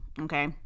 okay